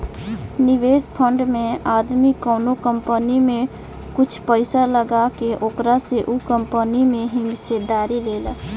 निवेश फंड में आदमी कवनो कंपनी में कुछ पइसा लगा के ओकरा से उ कंपनी में हिस्सेदारी लेला